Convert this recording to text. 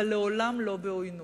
אבל מעולם לא בעוינות.